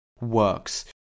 works